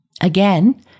Again